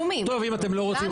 טוב, אם אתם לא רוצים.